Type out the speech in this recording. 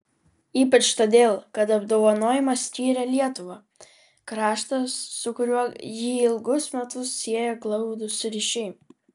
ypač todėl kad apdovanojimą skyrė lietuva kraštas su kuriuo jį ilgus metus sieja glaudūs ryšiai